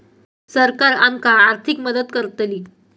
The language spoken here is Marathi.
सरकार आमका आर्थिक मदत करतली?